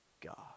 God